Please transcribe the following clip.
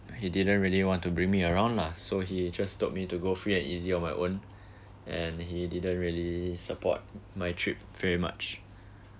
he didn't really want to bring me around lah so he just told me to go free and easy on my own and he didn't really support my trip very much